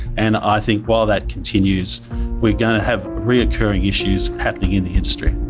and i think while that continues we're going to have recurring issues happening in the industry.